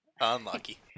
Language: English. Unlucky